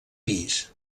pis